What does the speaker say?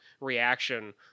reaction